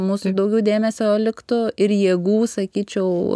mūsų daugiau dėmesio liktų ir jėgų sakyčiau